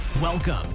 Welcome